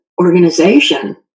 organization